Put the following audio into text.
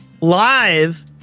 live